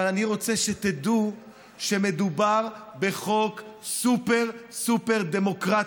אבל אני רוצה שתדעו שמדובר בחוק סופר-סופר דמוקרטי.